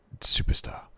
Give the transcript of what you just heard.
Superstar